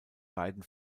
beiden